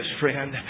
friend